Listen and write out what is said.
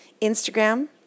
Instagram